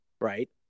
right